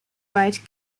weit